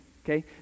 okay